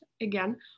again